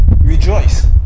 rejoice